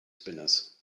spinners